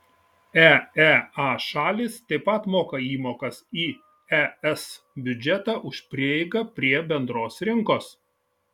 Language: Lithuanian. eea šalys taip pat moka įmokas į es biudžetą už prieigą prie bendros rinkos